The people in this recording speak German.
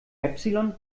epsilon